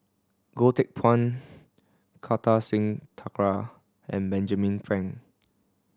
Goh Teck Phuan Kartar Singh Thakral and Benjamin Frank